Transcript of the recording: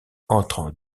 entrant